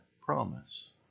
promise